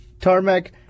tarmac